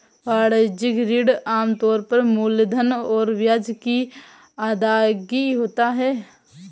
वाणिज्यिक ऋण आम तौर पर मूलधन और ब्याज की अदायगी होता है